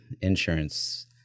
insurance